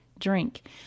drink